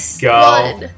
go